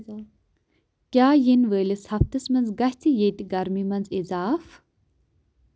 کیاہ یِِنہٕ وٲلِس ہفتس منٛز گژھِ ییٚتہِ گرمی منٛز اِضافہٕ ؟